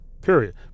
period